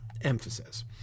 emphasis